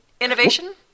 innovation